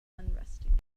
unresting